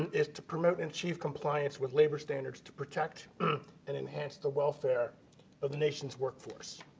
um is to promote and achieve compliance with labor standards to protect and enhance the welfare of the nation's workforce.